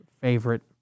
favorite